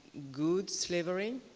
good slavery.